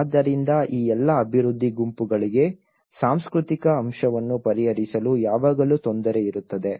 ಆದ್ದರಿಂದ ಈ ಎಲ್ಲಾ ಅಭಿವೃದ್ಧಿ ಗುಂಪುಗಳಿಗೆ ಸಾಂಸ್ಕೃತಿಕ ಅಂಶವನ್ನು ಪರಿಹರಿಸಲು ಯಾವಾಗಲೂ ತೊಂದರೆ ಇರುತ್ತದೆ